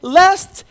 lest